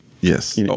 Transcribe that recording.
yes